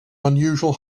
unusual